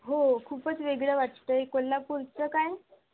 हो खूपच वेगळं वाटतं आहे कोल्हापूरचं काय